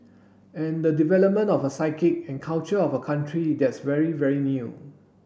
and the development of a psyche and culture of a country that's very very new